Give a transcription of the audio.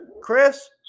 Chris